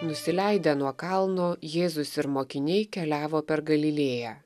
nusileidę nuo kalno jėzus ir mokiniai keliavo per galilėją